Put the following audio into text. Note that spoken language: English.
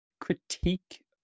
critique